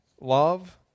love